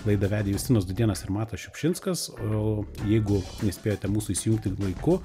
laidą vedė justinas dudėnas ir matas šiupšinskas o jeigu nespėjote mūsų įsijungti ir laiku